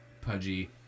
pudgy